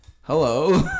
hello